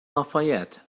lafayette